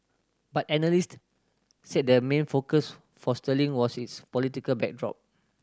but analyst said the main focus for sterling was its political backdrop